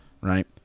right